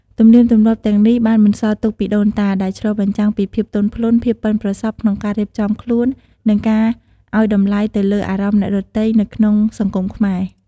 ទំនៀមទម្លាប់ទាំងនេះបានបន្សល់ទុកពីដូនតា ដែលឆ្លុះបញ្ចាំងពីភាពទន់ភ្លន់ ភាពប៉ិនប្រសប់ក្នុងការរៀបចំខ្លួន និងការឲ្យតម្លៃទៅលើអារម្មណ៍អ្នកដទៃនៅក្នុងសង្គមខ្មែរ។